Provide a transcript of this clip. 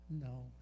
No